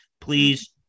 Please